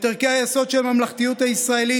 את ערכי היסוד של הממלכתיות הישראלית